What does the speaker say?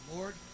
Lord